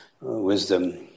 wisdom